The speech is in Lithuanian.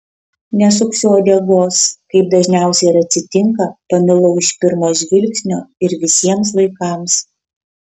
nesuksiu uodegos kaip dažniausiai ir atsitinka pamilau iš pirmo žvilgsnio ir visiems laikams